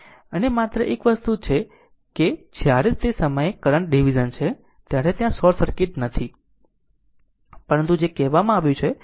અને માત્ર એક જ વસ્તુ તે છે કે જ્યારે તે સમયે કરંટ ડીવીઝન છે ત્યારે ત્યાં શોર્ટ સર્કિટ નથી પરંતુ જે કહેવામાં આવ્યું છે